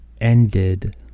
ended